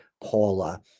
Paula